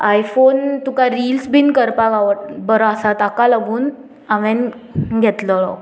iPhone तुका reels बीन करपाक आवड बरो आसा ताका लागून हांवेन घेतलोलो